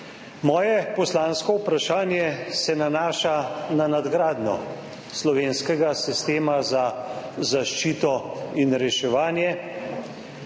Moje poslansko vprašanje se nanaša na nadgradnjo slovenskega sistema za zaščito in reševanje